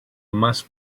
más